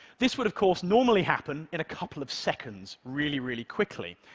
this would, of course, normally happen in a couple of seconds, really, really quickly,